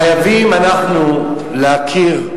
חייבים אנחנו להכיר,